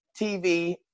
TV